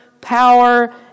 power